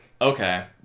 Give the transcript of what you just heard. Okay